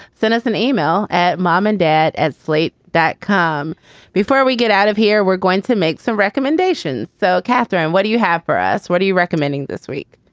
send us an email at mom and dad at slate that come before we get out of here. we're going to make some recommendations. so, kathryn, what do you have for us? what are you recommending this week?